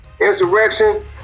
Insurrection